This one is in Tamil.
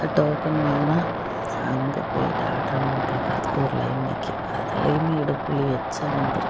அந்த டோக்கன் வாங்கினா அங்கே போய் டாக்ட்ரு அம்மா பார்க்குறத்துக்கு ஒரு லைன் நிற்கும் அதுலையுமே இடுப்பு வலி ச்சை வந்துவிடும்